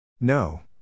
no